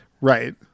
Right